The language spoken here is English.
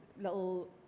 little